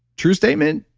true statement?